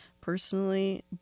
personally